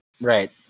Right